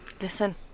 Listen